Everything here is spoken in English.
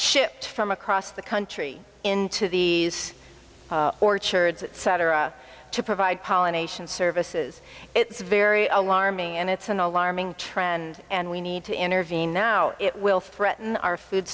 shipped from across the country into the orchards cetera to provide pollination services it's very alarming and it's an alarming trend and we need to intervene now it will threaten our food